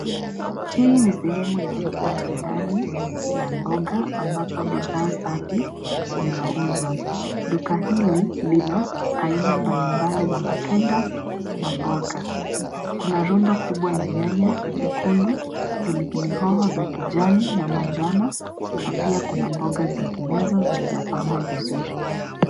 Hii ni sehemu ya soko la ndani la mboga ambapo bidhaa safi zinauzwa. Duka hili lina aina mbalimbali za matunda na mboga. Kuna rundo kubwa la nyanya nyekundu, pilipili hoho za kijani na manjano na pia kuna mboga zinginezo zilizopangwa vizuri.